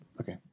Okay